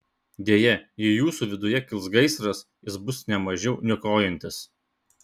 deja jei jūsų viduje kils gaisras jis bus ne mažiau niokojantis